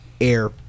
AIR